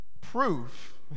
Proof